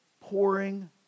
pouring